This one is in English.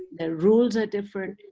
the rules are different.